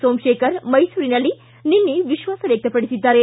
ಸೋಮಶೇಖರ್ ಮೈಸೂರಿನಲ್ಲಿ ನಿನ್ನೆ ವಿಶ್ವಾಸ ವ್ಯಕ್ತಪಡಿಸಿದ್ದಾರೆ